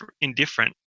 indifferent